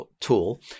tool